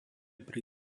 pri